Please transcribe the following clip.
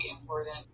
important